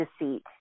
deceit